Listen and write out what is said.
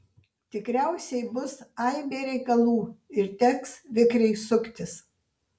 tikriausiai bus aibė reikalų ir teks vikriai suktis